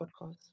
podcast